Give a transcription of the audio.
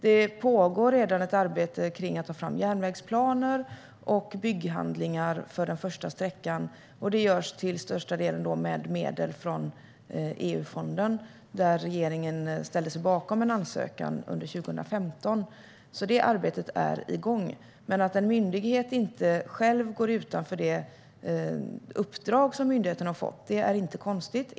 Det pågår redan ett arbete med att ta fram järnvägsplaner och bygghandlingar för den första sträckan. Det görs till största delen med medel från EU-fonden, där regeringen ställde sig bakom en ansökan under 2015. Arbetet är igång. Men att en myndighet inte själv går utanför det uppdrag som den har fått är inte konstigt.